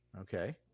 Okay